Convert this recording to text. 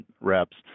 reps